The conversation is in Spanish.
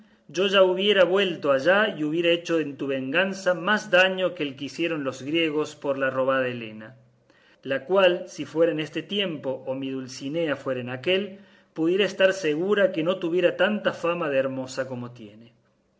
yo ansí ya yo hubiera vuelto allá y hubiera hecho en tu venganza más daño que el que hicieron los griegos por la robada elena la cual si fuera en este tiempo o mi dulcinea fuera en aquél pudiera estar segura que no tuviera tanta fama de hermosa como tiene